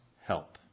help